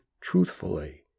truthfully